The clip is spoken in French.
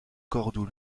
cordoue